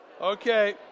Okay